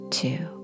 two